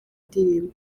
ndirimbo